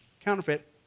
Counterfeit